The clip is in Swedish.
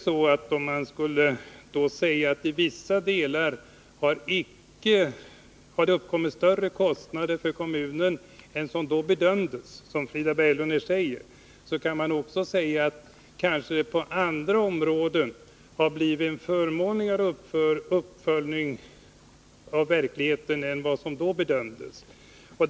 Om man skulle säga att det i vissa delar har uppkommit större kostnader för kommunen än som då bedömdes, som Frida Berglund säger, kan man också säga att det på andra områden blivit en förmånligare uppföljning av verkligheten än det bedömdes bli.